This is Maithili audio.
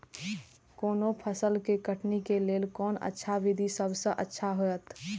कोनो फसल के कटनी के लेल कोन अच्छा विधि सबसँ अच्छा होयत?